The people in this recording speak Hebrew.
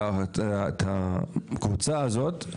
לקבוצה הזאת,